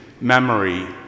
memory